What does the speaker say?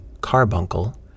carbuncle